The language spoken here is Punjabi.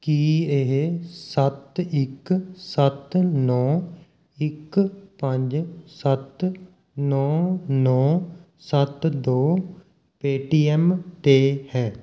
ਕੀ ਇਹ ਸੱਤ ਇੱਕ ਸੱਤ ਨੌਂ ਇੱਕ ਪੰਜ ਸੱਤ ਨੌਂ ਨੌਂ ਸੱਤ ਦੋ ਪੇਟੀਐੱਮ 'ਤੇ ਹੈ